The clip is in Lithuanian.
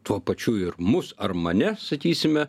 tuo pačiu ir mus ar mane sakysime